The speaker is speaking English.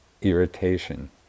irritation